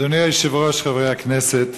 אדוני היושב-ראש, חברי הכנסת,